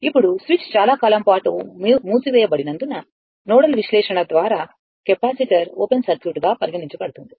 ఇప్పుడు స్విచ్ చాలా కాలం పాటు మూసివేయబడినందున నోడల్ విశ్లేషణ ద్వారా కెపాసిటర్ ఓపెన్ సర్క్యూట్గా పరిగణించబడుతుంది